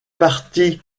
partie